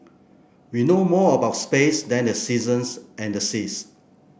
we know more about space than the seasons and the seas